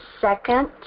second